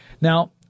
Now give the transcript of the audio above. Now